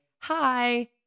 hi